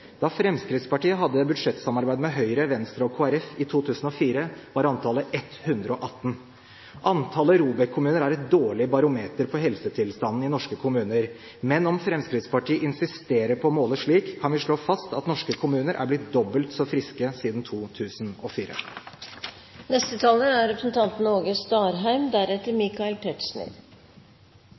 Da Fremskrittspartiet hadde budsjettsamarbeid med Høyre, Venstre og Kristelig Folkeparti i 2004, var antallet 118. Antallet ROBEK-kommuner er et dårlig barometer på helsetilstanden til norske kommuner, men om Fremskrittspartiet insisterer på å måle slik, kan vi slå fast at norske kommuner er blitt dobbelt så friske siden